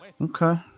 Okay